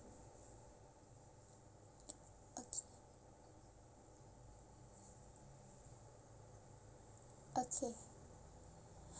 okay